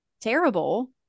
terrible